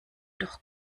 doch